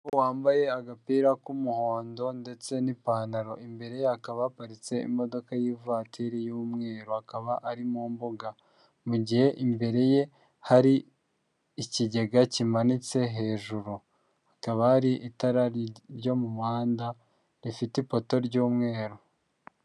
Umugore wambaye agapira k'umuhondo ndetse n'ipantaro imbere ye kabaparitse imodoka y'ivatiri y'umweru akaba ari mu mbuga, mu gihe imbere ye hari ikigega kimanitse hejuru, hakaba hari itara ryo mu muhanda rifite ipoto ry'umweru.